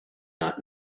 not